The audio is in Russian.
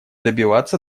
добиваться